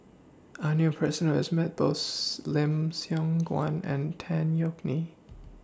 I knew A Person Who has Met Both Lim Siong Guan and Tan Yeok Nee